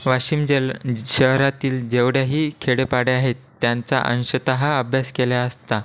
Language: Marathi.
वाशिम जेल शहरातील जेवढ्याही खेडेपाडे आहे त्यांचा अंशत अभ्यास केला असता